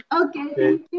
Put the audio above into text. Okay